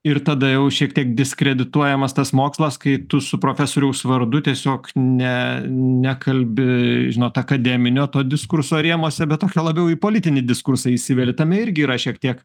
ir tada jau šiek tiek diskredituojamas tas mokslas kai tu su profesoriaus vardu tiesiog ne nekalbi žinot akademinio diskurso rėmuose bet tokia labiau į politinį diskursą įsiveli tenai irgi yra šiek tiek